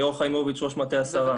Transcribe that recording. אני ליאור חיימוביץ', ראש מטה השרה.